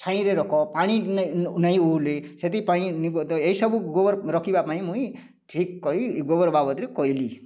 ଛାଇରେ ରଖ ପାଣି ନେଇ ଉଲେ ସେଥିପାଇଁ ଏ ସବୁ ଗୋବର୍ ରଖିବା ପାଇଁ ମୁଈଁ ଠିକ୍ କହି ଗୋବର୍ ବାବଦରେ କହିଲି